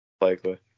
Likely